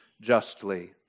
justly